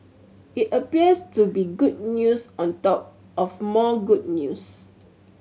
it appears to be good news on top of more good news